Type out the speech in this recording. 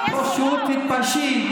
פעם לדבר בנימוס גם כן.